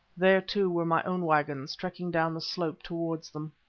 there, too, were my own waggons trekking down the slope towards them.